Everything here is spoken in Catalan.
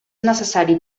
necessari